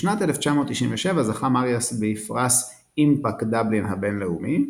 בשנת 1997 זכה מריאס בפרס IMPAC דבלין הבינלאומי,